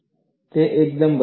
તે એકદમ બરાબર છે